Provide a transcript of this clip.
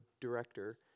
director